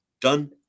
done